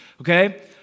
okay